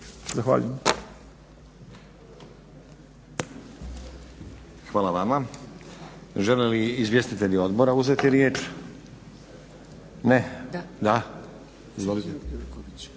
(SDP)** Hvala vama. Žele li izvjestitelji odbora uzeti riječ? Ne. …/Da./… da.